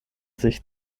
sich